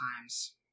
times